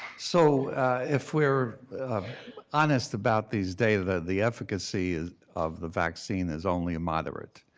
so if we're honest about these data, the efficacy of the vaccine is only moderate.